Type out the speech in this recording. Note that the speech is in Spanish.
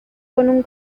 con